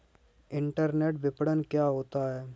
Internet विपणन क्या होता है?